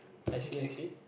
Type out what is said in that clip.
I see I see